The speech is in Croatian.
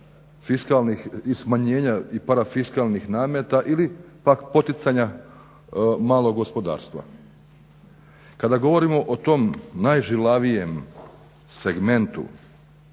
i smanjenja i parafiskalnih nameta ili pak poticanja malog gospodarstva. Kada govorimo o tom najžilavijem segmentu,